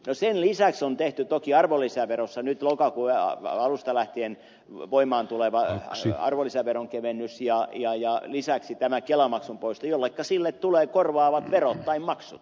sen lisäksi on tehty toki arvonlisäverossa nyt lokakuun alusta lähtien voimaan tuleva arvonlisäveron kevennys ja lisäksi tämä kelamaksun poisto jolle tulee korvaavat verot tai maksut